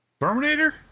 terminator